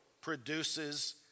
produces